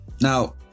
Now